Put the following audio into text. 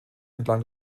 entlang